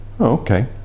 Okay